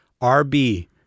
RB